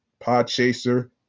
Podchaser